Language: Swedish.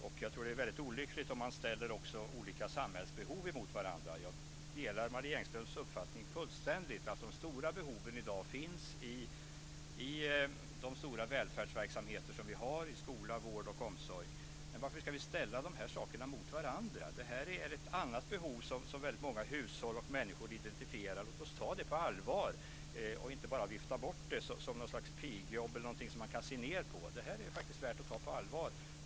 Det är olyckligt att ställa olika samhällsbehov mot varandra. Jag delar fullständigt uppfattningen att de stora behoven i dag finns i de stora välfärdsverksamheter som vi har: skola, vård och omsorg. Men varför ska vi ställa de här sakerna mot varandra? Detta är ett annat behov som väldigt många hushåll och människor identifierar. Låt oss ta det på allvar i stället för att bara vifta bort det som pigjobb eller som någonting man kan se ned på. Det här är faktiskt värt att ta på allvar.